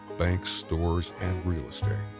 banks, stores and real estate.